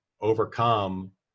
overcome